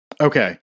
Okay